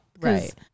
Right